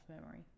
memory